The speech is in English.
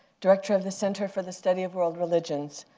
director of the center for the study of world religions.